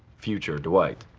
future dwight.